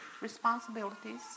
responsibilities